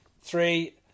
Three